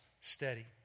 steady